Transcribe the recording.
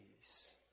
peace